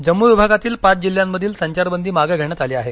जम्मू विभागातील पाच जिल्ह्यांमधील संचारबंदी मागे घेण्यात आली आहे